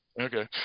Okay